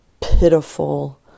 pitiful